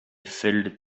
filled